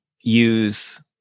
use